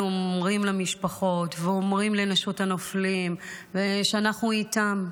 אומרים למשפחות ולנשות הנופלים שאנחנו איתן,